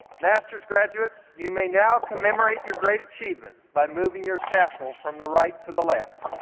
master's graduates, you may now commemorate your great achievement by moving your tassel from the right to the left.